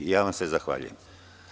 Ja vam se zahvaljujem.